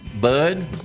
Bud